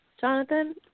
Jonathan